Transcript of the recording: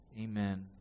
Amen